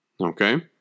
Okay